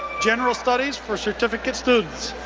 general studies for certificate students.